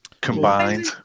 combined